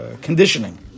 conditioning